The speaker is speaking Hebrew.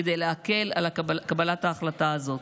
כדי להקל על קבלת ההחלטה הזאת.